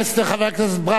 חבר הכנסת ברוורמן,